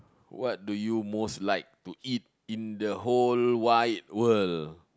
what do you most like to eat in the whole wide world